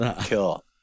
Cool